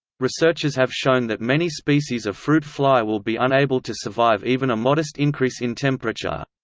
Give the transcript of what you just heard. researchers have shown that many species of fruit fly will be unable to survive even a modest increase in temperature.